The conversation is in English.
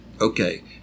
Okay